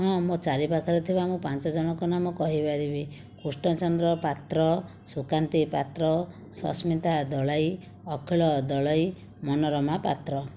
ହଁ ମୋ ଚାରିପାଖରେ ଥିବା ମୁଁ ପାଞ୍ଚଜଣଙ୍କ ନାମ କହିପାରିବି କୁଷ୍ଣଚନ୍ଦ୍ର ପାତ୍ର ସୁକାନ୍ତି ପାତ୍ର ସସ୍ମିତା ଦଳାଇ ଅଖିଳ ଦଳେଇ ମନୋରମା ପାତ୍ର